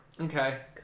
okay